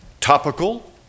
Topical